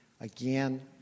again